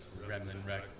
ramblin' wreck,